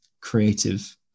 creative